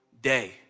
day